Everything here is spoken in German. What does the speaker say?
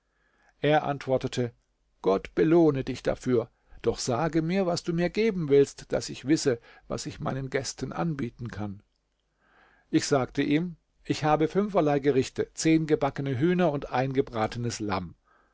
er antwortete gott belohne dich dafür doch sage mir was du mir geben willst daß ich wisse was ich meinen gästen anbieten kann ich sagte ihm ich habe fünferlei gerichte und zehn gebackene hühner und ein gebratenes lamm